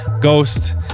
ghost